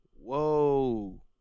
Whoa